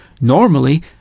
Normally